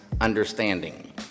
understanding